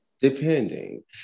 depending